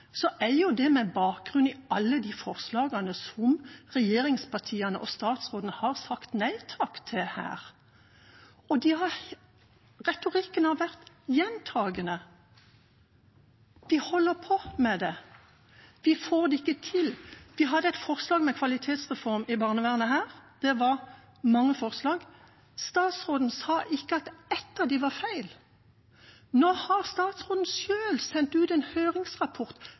det med bakgrunn i alle de forslagene som regjeringspartiene og statsråden har sagt nei takk til her. Retorikken har vært gjentakende. De holder fast på det. De får det ikke til. Vi hadde et forslag om kvalitetsreform i barnevernet her – det var mange forslag, og statsråden sa ikke at ett av dem var feil. Nå har statsråden selv sendt ut en høringsrapport